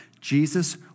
Jesus